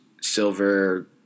silver